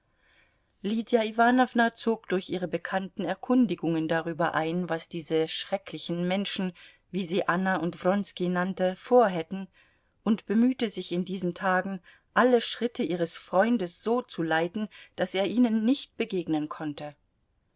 lydia iwanowna zog durch ihre bekannten erkundigungen darüber ein was diese schrecklichen menschen wie sie anna und wronski nannte vorhätten und bemühte sich in diesen tagen alle schritte ihres freundes so zu leiten daß er ihnen nicht begegnen konnte